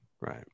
Right